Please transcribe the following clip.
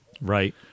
right